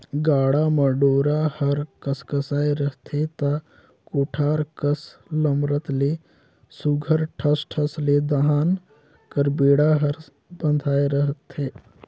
गाड़ा म डोरा हर कसकसाए रहथे ता कोठार कर लमरत ले सुग्घर ठस ठस ले धान कर बीड़ा हर बंधाए रहथे